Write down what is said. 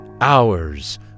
hours